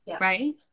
right